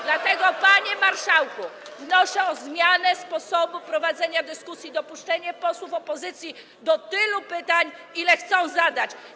Dlatego, panie marszałku, wnoszę o zmianę sposobu prowadzenia dyskusji, dopuszczenie posłów opozycji do zadania tylu pytań, ile chcą zadać.